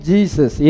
Jesus